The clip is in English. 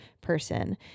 person